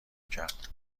کرد